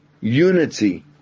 unity